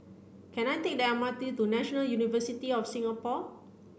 can I take the M R T to National University of Singapore